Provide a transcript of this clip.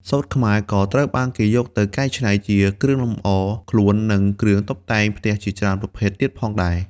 សូត្រខ្មែរក៏ត្រូវបានគេយកទៅកែច្នៃជាគ្រឿងលម្អខ្លួន និងគ្រឿងតុបតែងផ្ទះជាច្រើនប្រភេទទៀតផងដែរ។